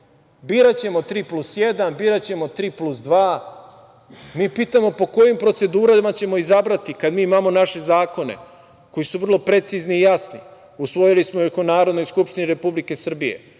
biraćemo tri plus jedan, biraćemo tri plus dva. Mi pitamo po kojim procedurama ćemo izabrati, kad mi imamo naše zakone, koji su vrlo precizni, jasni, usvojili smo ih u Narodnoj skupštini Republike Srbije,